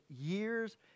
years